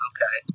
Okay